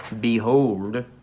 behold